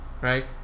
Right